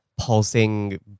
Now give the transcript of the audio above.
Pulsing